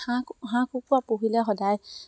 হাঁহ হাঁহ কুকুৰা পুহিলে সদায়